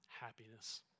happiness